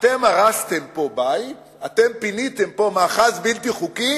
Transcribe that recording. אתם הרסתם פה בית, אתם פיניתם פה מאחז בלתי חוקי,